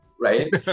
right